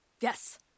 Yes